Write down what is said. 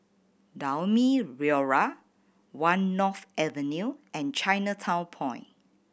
Naumi Liora One North Avenue and Chinatown Point